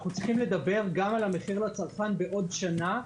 צריכים לדבר גם על המחיר לצרכן בעוד שנה,